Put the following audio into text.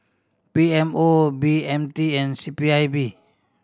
P M O B M T and C P I B